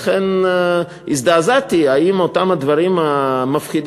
לכן הזדעזעתי: האם אותם הדברים המפחידים